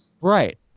Right